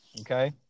okay